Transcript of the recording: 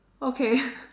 okay